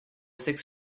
six